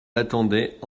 l’attendait